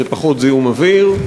היא פחות זיהום אוויר,